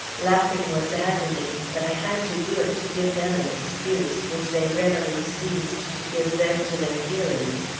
laughing was agony, but i had to do it to give them an excuse, which they readily seized to give vent to their feelings,